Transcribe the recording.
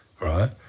right